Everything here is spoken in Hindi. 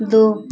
दो